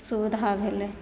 सुबिधा भेलै